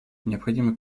необходимы